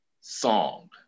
song